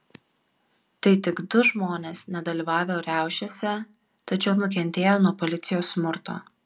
tai tik du žmonės nedalyvavę riaušėse tačiau nukentėję nuo policijos smurto